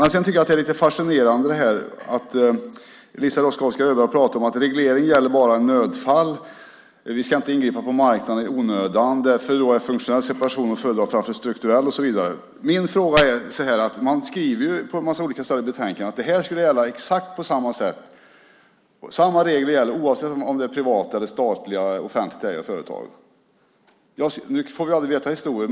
Jag tycker att det är lite fascinerande att Eliza Roszkowska Öberg pratar om att regleringen gäller bara i nödfall, att vi inte ska ingripa på marknaden i onödan och att funktionell separation därför är att föredra framför strukturell och så vidare. Man skriver på en massa olika ställen i betänkandet att det här skulle gälla på exakt samma sätt, att samma regler gäller oavsett om det är privat eller statligt, offentligt ägda företag. Nu får vi aldrig veta historien.